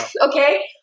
Okay